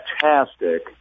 fantastic